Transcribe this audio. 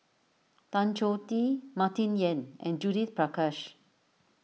Tan Choh Tee Martin Yan and Judith Prakash